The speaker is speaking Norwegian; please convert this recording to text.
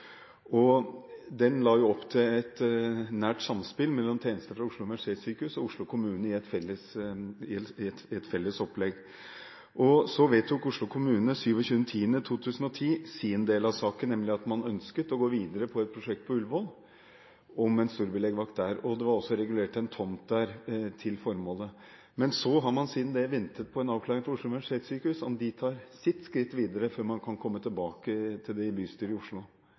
Den la opp til et nært samspill mellom tjenester fra Oslo universitetssykehus og Oslo kommune i et felles opplegg. Oslo kommune vedtok 27. oktober 2010 sin del av saken, nemlig at man ønsket å gå videre med et prosjekt på Ullevål om en storbylegevakt der. Det var også regulert en tomt der til formålet. Siden det har man ventet på en avklaring fra Oslo universitetssykehus om de tar et skritt videre, før man kan komme tilbake til det i bystyret i Oslo.